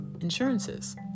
insurances